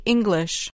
English